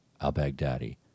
al-Baghdadi